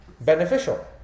beneficial